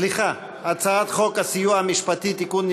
סליחה: הצעת חוק הסיוע המשפטי (תיקון,